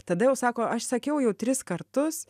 tada jau sako aš sakiau jau tris kartus